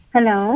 Hello